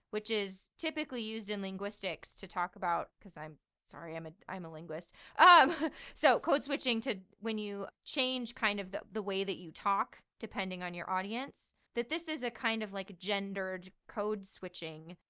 which is typically used in linguistics to talk about because i'm sorry, i'm a, i'm a linguist um so code switching is when you change kind of the the way that you talk depending on your audience. that this is a kind of like, gendered code switching,